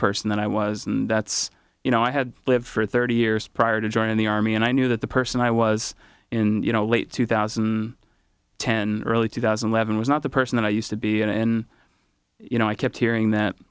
person that i was and that's you know i had lived for thirty years prior to joining the army and i knew that the person i was in you know late two thousand ten early two thousand and eleven was not the person that i used to be and you know i kept hearing that